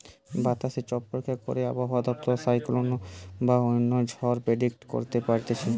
বাতাসে চাপ পরীক্ষা করে আবহাওয়া দপ্তর সাইক্লোন বা অন্য ঝড় প্রেডিক্ট করতে পারতিছে